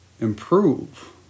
improve